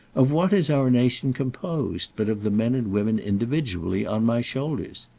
of what is our nation composed but of the men and women individually on my shoulders?